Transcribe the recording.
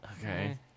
Okay